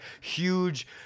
huge